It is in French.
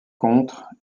contre